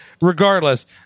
regardless